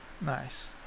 Nice